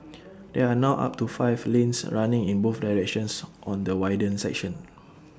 there are now up to five lanes running in both directions on the widened section